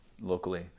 locally